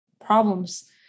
problems